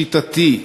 שיטתי,